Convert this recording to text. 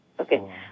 Okay